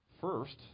first